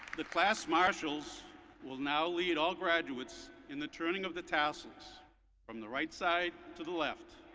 the class marshalls will now lead all graduates in the turning of the tassels from the right side to the left.